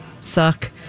suck